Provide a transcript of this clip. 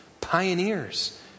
pioneers